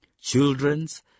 children's